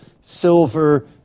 silver